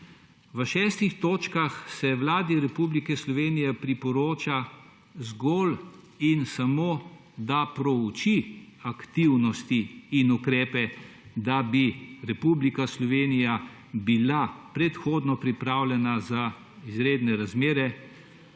V šestih točkah se Vladi Republike Slovenije priporoča zgolj in samo, da prouči aktivnosti in ukrepe, da bi Republika Slovenija bila predhodno pripravljena na izredne razmere